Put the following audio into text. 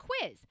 quiz